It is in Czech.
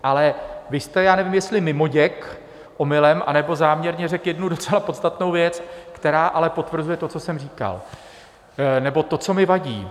Ale vy jste, já nevím, jestli mimoděk, omylem, anebo záměrně řekl jednu docela podstatnou věc, která ale potvrzuje to, co jsem říkal, nebo to, co mi vadí.